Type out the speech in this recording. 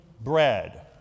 bread